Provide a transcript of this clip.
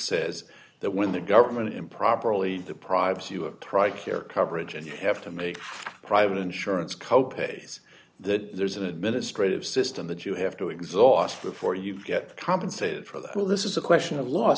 says that when the government improperly deprives you of tri care coverage and you have to make private insurance co pays that there's an administrative system that you have to exhaust before you get compensated for that well this is a question of los